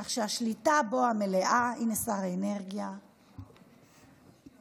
כך שהשליטה המלאה בה, הינה שר האנרגיה והתשתיות,